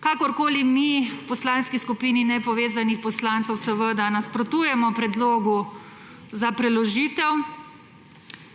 Kakorkoli, v Poslanski skupini nepovezanih poslancev seveda nasprotujemo predlogu za preložitev